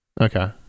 okay